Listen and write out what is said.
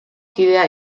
kidea